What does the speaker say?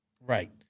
Right